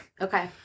Okay